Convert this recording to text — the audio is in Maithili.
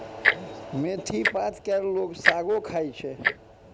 मेथी पात केर लोक सागो खाइ छै